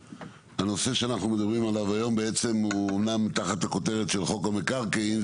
הנושא שאנחנו מדברים עליו היום הוא אומנם תחת הכותרת של חוק המקרקעין,